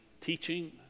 teaching